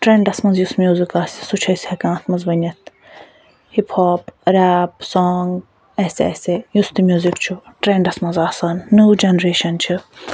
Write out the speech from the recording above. trends مَنٛز یُس music آسہِ سُہ چھِ أسۍ ہیٚکان اتھ مَنٛز ؤنِتھ ہِپ ہاپ ریپ سانٛگ ایسے ایسے یُس تہِ میوٗزِک چھُ ٹریٚنڈَس مَنٛز آسان نٔو جَنریشَن چھِ